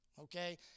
Okay